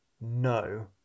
no